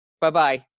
Bye-bye